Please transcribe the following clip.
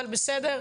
אבל בסדר,